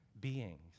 beings